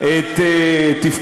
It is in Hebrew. את התהליכים,